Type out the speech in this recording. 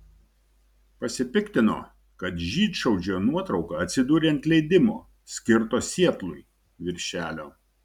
pasipiktino kad žydšaudžio nuotrauka atsidūrė ant leidimo skirto sietlui viršelio